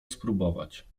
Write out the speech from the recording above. spróbować